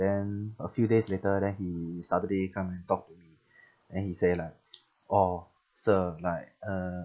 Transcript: then a few days later then he suddenly come and talk to me then he say lah orh sir like uh